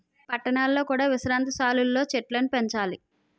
పట్టణాలలో కూడా విశ్రాంతి సాలలు లో చెట్టులను పెంచాలి